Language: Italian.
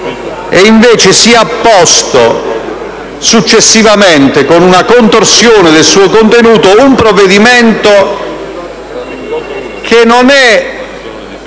al quale sia apposto successivamente, con una contorsione del suo contenuto, un provvedimento che non è